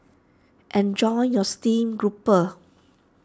enjoy your Steamed Grouper